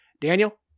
Daniel